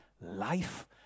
life